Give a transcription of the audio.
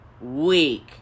week